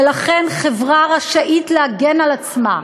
ולכן, חברה רשאית להגן על עצמה.